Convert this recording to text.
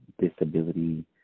disability